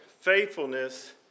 faithfulness